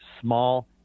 small